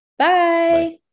Bye